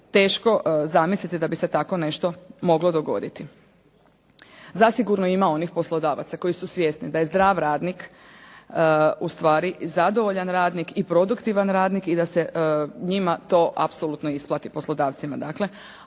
teško zamisliti da bi se tako nešto moglo dogoditi. Zasigurno ima onih poslodavaca koji su svjesni da je zdrav radnik u stvari zadovoljan radnik i produktivan radnik i da se njima to apsolutno isplati, poslodavcima